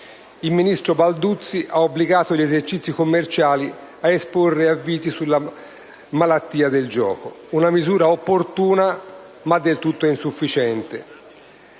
il ministro Balduzzi ha obbligato gli esercizi commerciali a esporre avvisi sulla malattia del gioco: una misura opportuna ma del tutto insufficiente.